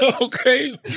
Okay